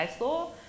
law